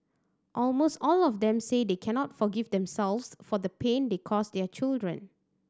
almost all of them say they cannot forgive themselves for the pain they cause their children